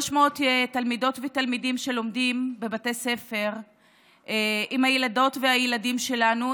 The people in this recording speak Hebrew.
300 תלמידות ותלמידים שלומדים בבתי ספר עם הילדות והילדים שלנו,